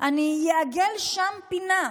אני אעגל שם פינה.